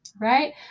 Right